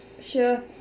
sure